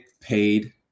paid